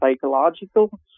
psychological